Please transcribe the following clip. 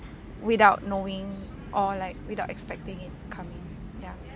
without knowing or like without expecting it coming ya